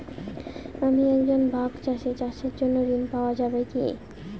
আমি একজন ভাগ চাষি চাষের জন্য ঋণ পাওয়া যাবে কি?